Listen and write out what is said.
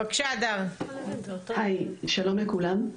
שלום לכולם.